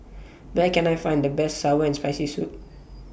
Where Can I Find The Best Sour and Spicy Soup